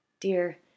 Dear